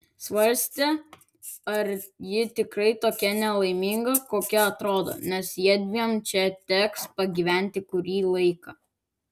svarstė ar ji tikrai tokia nelaiminga kokia atrodo nes jiedviem čia teks pagyventi kurį laiką